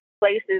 places